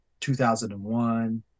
2001